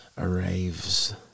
...arrives